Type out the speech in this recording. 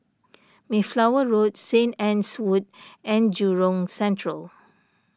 Mayflower Road Saint Anne's Wood and Jurong Central